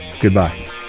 Goodbye